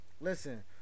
Listen